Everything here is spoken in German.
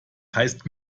heißt